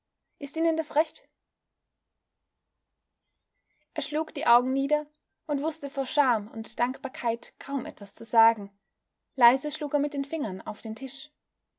ist ihnen das recht er schlug die augen nieder und wußte vor scham und dankbarkeit kaum etwas zu sagen leise schlug er mit den fingern auf den tisch